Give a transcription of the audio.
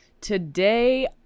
Today